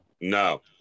No